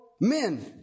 men